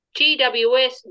GWS